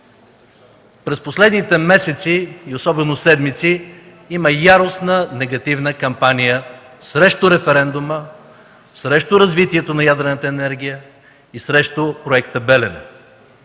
През последните месеци, особено седмици, има яростна негативна кампания срещу референдума, срещу развитието на ядрената енергия и срещу Проекта „Белене”.